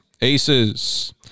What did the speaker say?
aces